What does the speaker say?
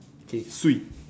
okay Swee